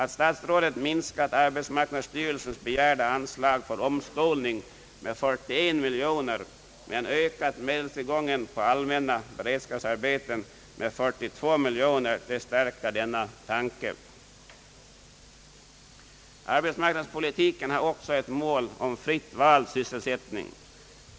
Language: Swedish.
Att statsrådet minskat det av arbetsmarknadsstyrelsen begärda anslaget för omskolning med 41 miljoner men ökat medelstillgången för allmänna beredskapsarbeten med 42 miljoner, förstärker denna tanke. Arbetsmarknadspolitiken har också som mål fritt vald sysselsättning.